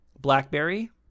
Blackberry